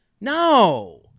No